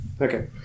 Okay